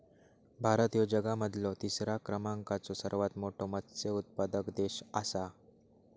भारत ह्यो जगा मधलो तिसरा क्रमांकाचो सर्वात मोठा मत्स्य उत्पादक देश आसा